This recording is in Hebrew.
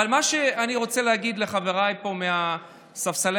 אבל מה שאני רוצה להגיד לחבריי מספסלי